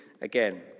again